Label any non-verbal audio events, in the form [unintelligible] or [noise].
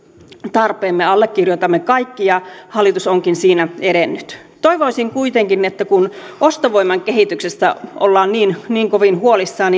tarpeen me allekirjoitamme kaikki ja hallitus onkin siinä edennyt toivoisin kuitenkin että kun ostovoiman kehityksestä ollaan niin niin kovin huolissaan [unintelligible]